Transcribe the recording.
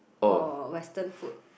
or western food